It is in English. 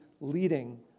leading